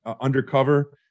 undercover